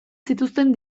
zituzten